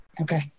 Okay